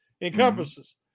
encompasses